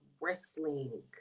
Wrestling